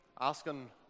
asking